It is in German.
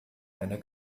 einer